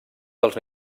dels